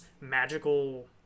magical